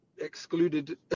excluded